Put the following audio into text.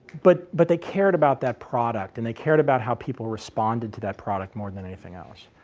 but but they cared about that product, and they cared about how people responded to that product more than anything else.